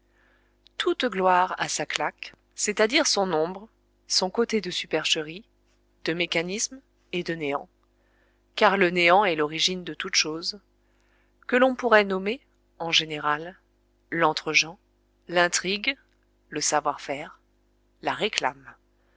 toute gloire a sa claque c'est-à-dire son ombre son côté de supercherie de mécanisme et de néant car le néant est l'origine de toutes choses que l'on pourrait nommer en général l'entregent l'intrigue le savoir-faire la réclame